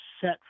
set